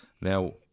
Now